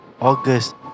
August